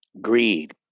Greed